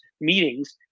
meetings